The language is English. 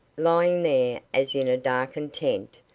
lying there as in a darkened tent,